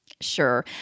Sure